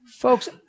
Folks